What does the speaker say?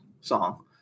song